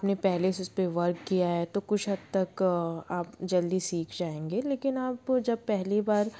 आप ने पहले से उसपे वर्क किया है तो कुछ हद तक आप जल्दी सीख जाएंगे लेकिन आप जब पहली बार